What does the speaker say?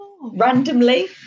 Randomly